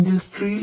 ഇൻഡസ്ട്രയിൽ